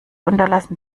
unterlassen